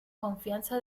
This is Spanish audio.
confianza